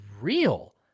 real